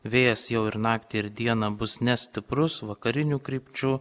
vėjas jau ir naktį ir dieną bus nestiprus vakarinių krypčių